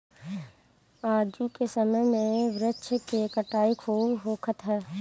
आजू के समय में वृक्ष के कटाई खूब होखत हअ